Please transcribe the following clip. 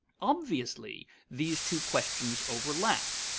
obviously, these two questions overlap.